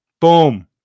Boom